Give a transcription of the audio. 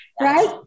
right